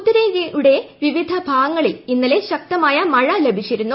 ഉത്തരേന്ത്യുടെ വിവിധ ഭാഗങ്ങളിൽ ഇന്നലെ ശക്തമായ മഴ ലഭിച്ചിരുന്നു